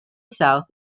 south